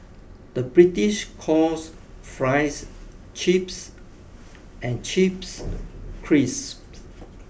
the British calls fries chips and chips crisps